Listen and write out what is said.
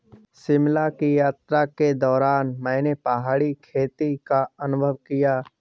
शिमला की यात्रा के दौरान मैंने पहाड़ी खेती का अनुभव किया